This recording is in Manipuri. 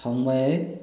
ꯊꯥꯎꯃꯩ